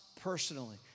personally